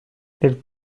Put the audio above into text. elle